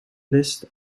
list